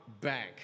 back